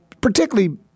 particularly